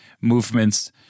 movements